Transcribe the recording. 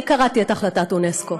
אני קראתי את החלטת אונסק"ו,